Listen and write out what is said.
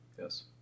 Yes